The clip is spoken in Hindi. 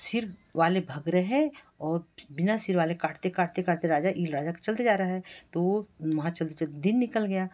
सिर वाले भाग रहे हैं और बिना सिर वाले काटते काटते काटते राजा ईल राजा तो चलते जा रहा है तो वहाँ चलते चलते दिन निकल गया